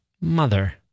mother